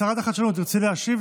שרת החדשנות, תרצי להשיב?